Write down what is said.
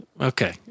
Okay